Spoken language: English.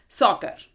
soccer